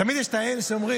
תמיד יש את אלה שאומרים,